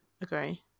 agree